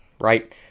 right